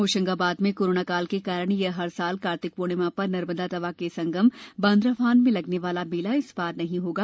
होशंगाबाद में कोरोना काल के कारण हर साल कार्तिक पूर्णिमा पर नर्मदा तवा के संगम बांद्राभान में लगने वाला मेला इस बार नहीं होगा